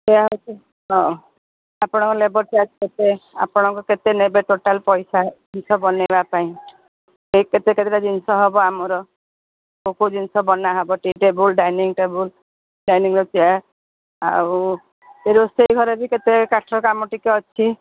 ୟା ହେଉଛି ହଁ ଆପଣଙ୍କର ଲେବର୍ ଚାର୍ଜ୍ କେତେ ଆପଣଙ୍କ କେତେ ନେବେ ଟୋଟାଲ୍ ପଇସା ଜିନିଷ ବନେଇବା ପାଇଁ କେତେ କେତେଟା ଜିନିଷ ହେବ ଆମର କୋଉ କୋଉ ଜିନିଷ ବନା ହେବ ଟେବୁଲ୍ଡୂ ଡାଇନିଙ୍ଗ୍ ଟେବୁଲ୍ ଡାଇନିଙ୍ଗ୍ର ଚେୟାର୍ ଆଉ ରୋଷେଇ ଘରେ କେତେ କାଠ କାମ ଟିକେ ଅଛି